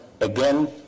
Again